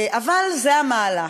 אבל זה המהלך.